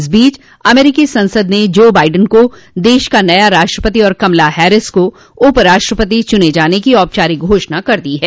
इस बीच अमरीकी संसद ने जो बाइडन को देश का नया राष्ट्रपति और कमला हेरिस को उपराष्ट्रपति चुने जाने की औपचारिक घोषणा कर दी है